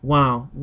Wow